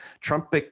Trump